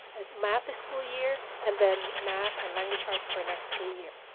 it's math this school year and then math and language arts for next school year.